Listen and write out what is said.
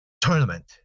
tournament